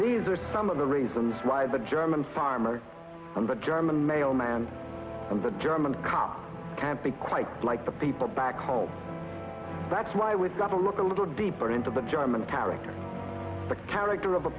these are some of the reasons why the german farmer and the german mailman and the german car can't be quite like the people back home that's why we've got a look a little deeper into the german character the character of